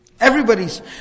Everybody's